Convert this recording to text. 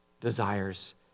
desires